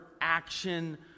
action